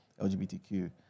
LGBTQ